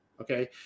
Okay